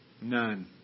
none